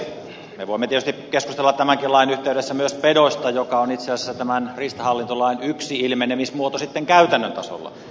me voimme tietysti keskustella tämänkin lain yhteydessä myös pedoista jotka ovat itse asiassa tämän riistahallintolain yksi ilmenemismuoto sitten käytännön tasolla